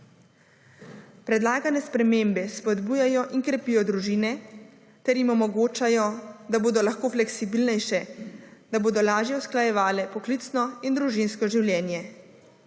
Predlagane spremembe spodbujajo in krepijo družine ter jim omogočajo, da bodo lahko fleksibilnejše, da bodo lažje usklajevale poklicno in družinsko življenje.